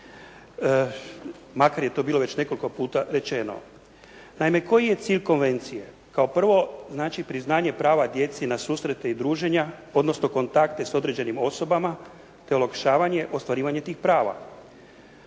makar je to bilo već nekoliko puta rečeno. Naime, koji je cilj konvencije. Kao prvo, znači priznanje prava djeci na susrete i druženja, odnosno kontakte s određenim osobama, te olakšavanje ostvarivanje tih prava.